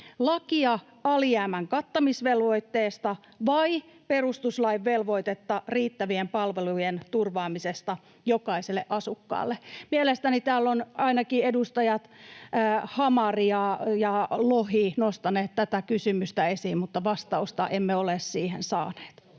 lakia alijäämän kattamisvelvoitteesta, vai perustuslain velvoitetta riittävien palvelujen turvaamisesta jokaiselle asukkaalle? Mielestäni täällä ovat ainakin edustajat Hamari ja Lohi nostaneet tätä kysymystä esiin, mutta vastausta emme ole siihen saaneet.